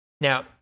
Now